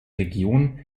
region